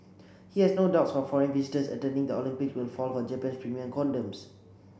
he has no doubts that foreign visitors attending the Olympics will fall for Japan's premium condoms